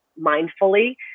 mindfully